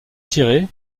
tiré